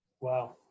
Wow